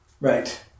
Right